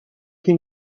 can